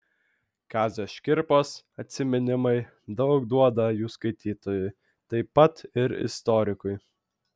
kazio škirpos atsiminimai daug duoda jų skaitytojui taip pat ir istorikui